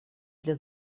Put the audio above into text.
для